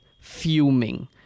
fuming